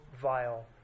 vile